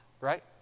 right